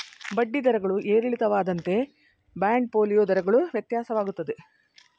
ಬಡ್ಡಿ ದರಗಳು ಏರಿಳಿತವಾದಂತೆ ಬಾಂಡ್ ಫೋಲಿಯೋ ದರಗಳು ವ್ಯತ್ಯಾಸವಾಗುತ್ತದೆ